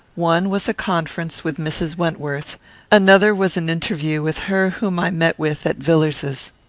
one was a conference with mrs. wentworth another was an interview with her whom i met with at villars's.